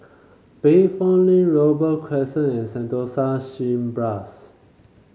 Bayfront Link Robey Crescent and Sentosa Cineblast